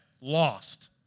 lost